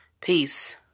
peace